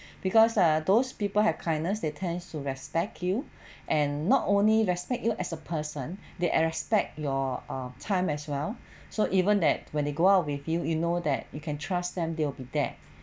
because ah those people have kindness they tends to respect you and not only respect you as a person they respect your um time as well so even that when they go out with you you know that you can trust them they'll be there